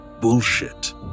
bullshit